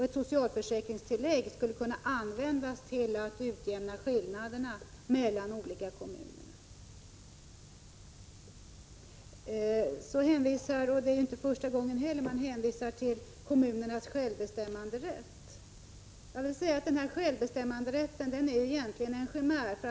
Ett socialförsäkringstillägg skulle kunna användas till att utjämna skillnaderna mellan olika kommuner. Så hänvisar Lena Öhrsvik till kommunernas självbestämmanderätt — det är inte första gången. Jag vill säga att denna självbestämmanderätt egentligen är en chimär.